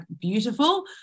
beautiful